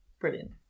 brilliant